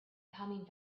coming